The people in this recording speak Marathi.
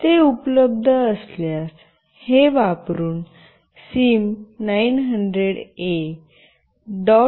ते उपलब्ध असल्यास हे वापरून सिम 900ए रीड SIM900A